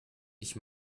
ich